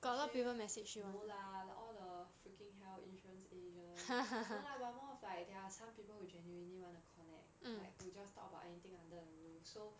actually no lah all the freaking hell insurance agents no lah but more of like there are some people who genuinely want to connect like to just talk about anything under the roof so